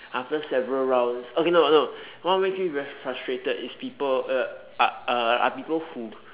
after several rounds okay no no what makes me very frustrated is people uh are are people who